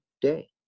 day